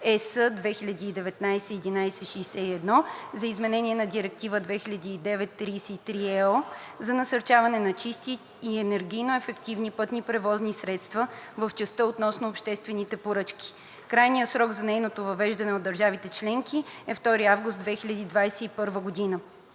(ЕС) 2019/1161 за изменение на Директива 2009/33/ЕО за насърчаването на чисти и енергийно ефективни пътни превозни средства в частта относно обществените поръчки. Крайният срок за нейното въвеждане от държавите членки е 2 август 2021 г.